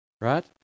right